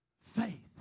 faith